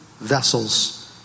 vessels